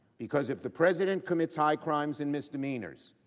because of the president commits high crimes and misdemeanors,